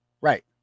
Right